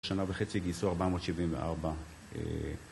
בשנה וחצי גייסו 474...